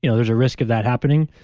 you know there's a risk of that happening.